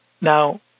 Now